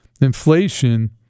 Inflation